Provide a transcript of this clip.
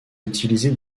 utiliser